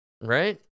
Right